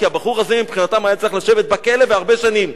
הבחור הזה מבחינתם היה צריך לשבת בכלא הרבה שנים.